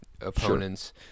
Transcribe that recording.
opponents